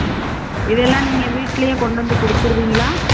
சரி இதெல்லாம் நீங்கள் வீட்டிலயே கொண்டு வந்து கொடுத்துருவீங்களா